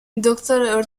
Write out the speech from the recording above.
دکتر